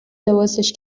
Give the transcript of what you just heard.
لباسش